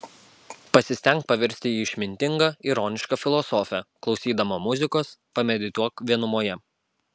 pasistenk pavirsti į išmintingą ironišką filosofę klausydama muzikos pamedituok vienumoje